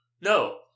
No